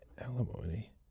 alimony